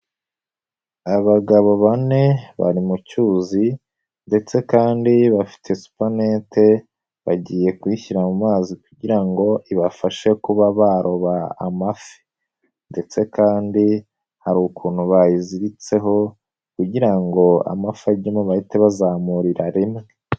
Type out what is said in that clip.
Abagabo bane bari mu cyuzi ndetse kandi bafite supanete, bagiye kuyishyira mu mazi kugira ngo ibafashe kuba baroba amafi ndetse kandi hari ukuntu bayiziritseho kugira ngo amafi ajyamo bahite bazamurira rimwe.